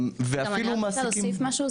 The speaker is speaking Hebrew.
ואפילו מעסיקים --- אני רק רוצה להוסיף משהו.